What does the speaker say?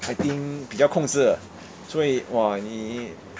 I think 比较控制了所以 !wah! 你